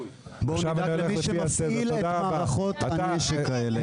בוא נדאג למי שמפעיל את מערכות המשק האלה.